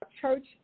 church